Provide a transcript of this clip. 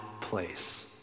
place